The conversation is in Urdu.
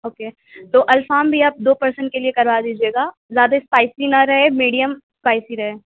اوکے تو الفام بھی آپ دو پرسن کے لئے کروا دیجئے گا زیادہ اسپائیسی نہ رہے میڈیم اسپائیسی رہے